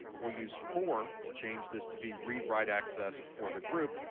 we'll use four to change this to be read, write access for the group,